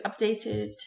updated